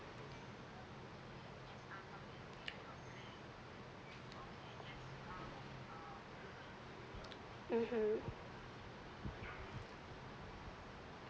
mmhmm